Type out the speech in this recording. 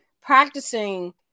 practicing